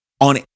on